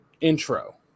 intro